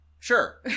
Sure